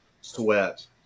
sweat